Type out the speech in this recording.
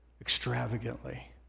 extravagantly